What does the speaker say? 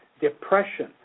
depression